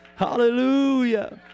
Hallelujah